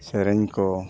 ᱥᱮᱨᱮᱧ ᱠᱚ